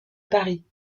paris